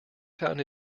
found